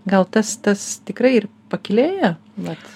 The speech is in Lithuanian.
gal tas tas tikrai ir pakylėja vat